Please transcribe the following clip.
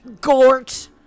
Gort